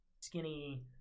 Skinny